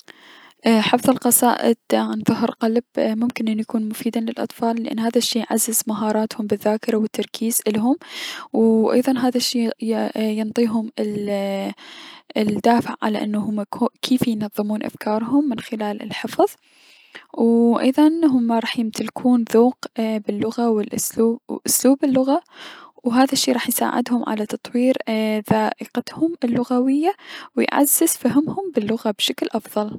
اي - حفض القصائد عن ظهر قلب ممكن انو يكون مفيد للأطفال لأن هذا الشي يعزز مهاراتهم بلذاكرة و التركيز الهم و ايضا هذا الشي يا- ينطيهم ال الدافع على انو هم كو - كيف ينظمون افكارهم، من خلال الحفظ و ايضا هم راح يمتلكون ذوق باللغة و اسلو- اسلوب اللغة و هذا الشي راح يساعدهم على تطوير ذائقتهم اللغوية و يعزز فهمهم للغة بشكل افضل.